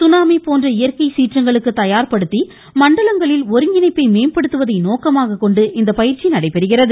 tsunami போன்ற இயற்கை சீற்றங்களுக்கு தயார்படுத்தி மண்டலங்களில் ஒருங்கிணைப்பை மேம்படுத்துவதை நோக்கமாக கொண்டு இந்த பயிற்சி நடைபெறுகிறது